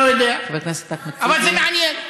לא יודע, אבל זה מעניין.